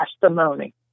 testimony